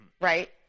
Right